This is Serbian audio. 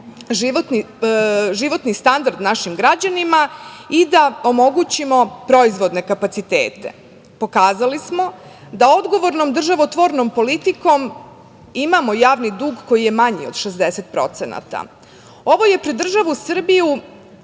životni standard našim građanima i da omogućimo proizvodne kapacitete. Pokazali smo da odgovorno državotvornom politikom imamo javni dug koji je manji od 60%. Ovo je pred državu Srbiju